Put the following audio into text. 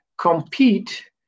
compete